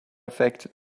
affected